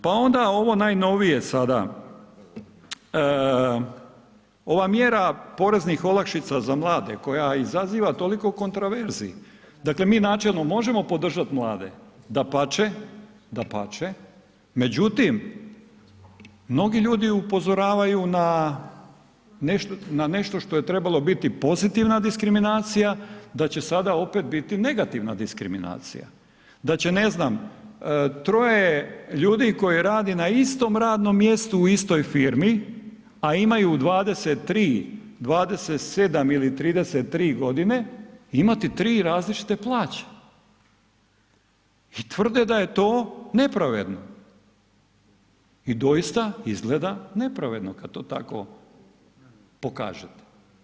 Pa onda ovo najnovije sada, ova mjera poreznih olakšica za mlade koja izaziva toliko kontraverzi, dakle mi načelno možemo podržati mlade, dapače, međutim, mnogi ljudi upozoravaju na nešto što je trebalo biti pozitivna diskriminacija, da će sada opet biti negativna diskriminacija, da će ne znam, troje ljudi koji radi na istom radnom mjestu u istoj firmi a imaju 23, 27 ili 33 g., imati tri različite plaće i tvrde da je to nepravedno i doista izgleda nepravedno kad to tako pokažete.